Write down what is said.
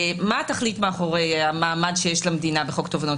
מה התכלית מאחורי המעמד שיש למדינה בחוק תובענות